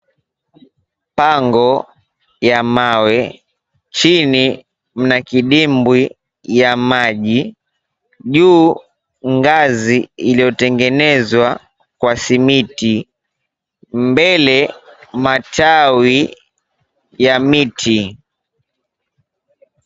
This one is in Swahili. Pango ya mawe, chini mna kidimbwi cha maji, juu, ngazi iliyotengenezwa kwa simiti, mbele, matawi ya miti.